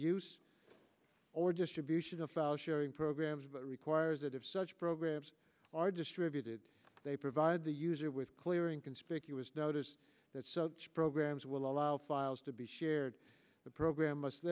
use or distribution of file sharing programs requires that if such programs are distributed they provide the user with clearing conspicuous notice that programs will allow files to be shared the program must